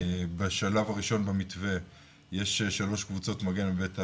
בשלב הראשון במתווה יש שלוש קבוצות מגן ב'בית הנער',